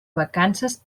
vacances